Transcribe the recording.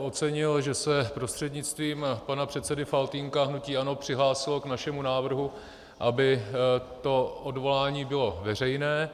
Ocenil bych, že se prostřednictvím pana předsedy Faltýnka hnutí ANO přihlásilo k našemu návrhu, aby to odvolání bylo veřejné.